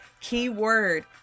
Keyword